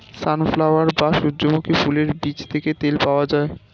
sunflower বা সূর্যমুখী ফুলের বীজ থেকে তেল পাওয়া যায়